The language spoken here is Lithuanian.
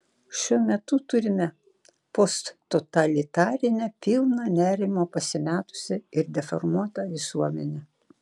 šiuo metu turime posttotalitarinę pilną nerimo pasimetusią ir deformuotą visuomenę